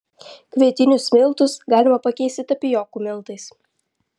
kvietinius miltus galima pakeisti tapijokų miltais